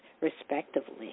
respectively